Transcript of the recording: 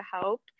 help